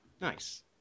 Nice